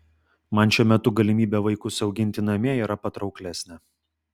man šiuo metu galimybė vaikus auginti namie yra patrauklesnė